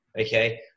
okay